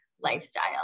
lifestyle